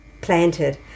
planted